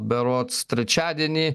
berods trečiadienį